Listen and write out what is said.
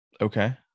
Okay